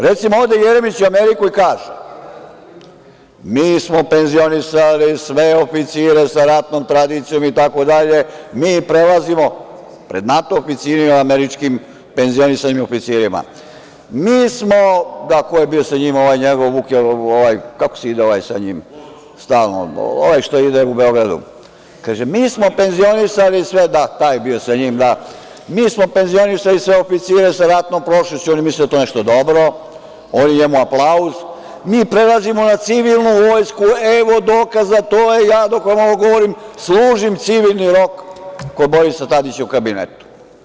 Recimo, ode Jeremić u Ameriku i kaže – mi smo penzionisali sve oficire sa ratnom tradicijom, mi prelazimo, pred NATO oficirima američkim, penzionisanim oficirima, mi smo, ko je bio sa njim, ovaj njegov, kako se zove ovaj što ide stalno sa njim, što ide po Beogradu, Nikola Jovanović, da, taj, kaže – mi smo penzionisali sve oficire sa ratnom prošlošću i oni misle da je to nešto dobro, a oni njemu aplauz, mi prelazimo na civilnu vojsku, evo dokaza, ja dok ovo govorim, služim civilni rok kod Borisa Tadića u kabinetu.